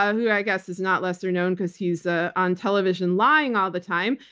ah who i guess is not lesser known because he's ah on television lying all the time.